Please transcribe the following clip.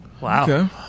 Wow